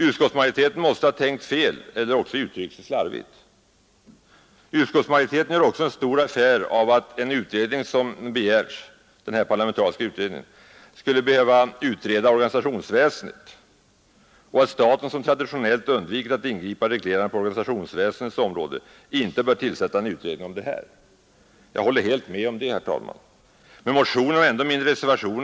Utskottsmajoriteten måste ha tänkt fel eller också uttryckt sig slarvigt. Utskottsmajoriteten gör också en stor affär av att den parlamentariska utredning som begärts skulle behöva utreda organisationsväsendet och att staten, som traditionellt undviker att ingripa reglerande på organisationsväsendets område, inte bör tillsätta en utredning om detta. Jag håller helt motverka maktkoncentrationen i samhället motverka maktkoncentrationen i samhället med om detta, herr talman.